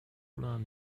learn